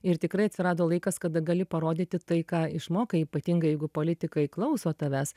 ir tikrai atsirado laikas kada gali parodyti tai ką išmokai ypatingai jeigu politikai klauso tavęs